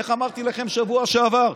איך אמרתי לכם שבוע שעבר?